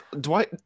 dwight